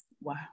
wow